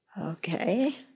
Okay